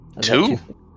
Two